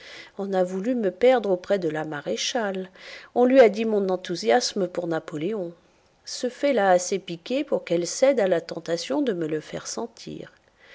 on a voulu me perdre auprès de la maréchale on lui a dit mon enthousiasme pour napoléon ce fait l'a assez piquée pour qu'elle cède à la tentation de me le faire sentir